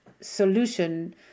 solution